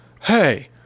hey